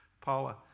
Paula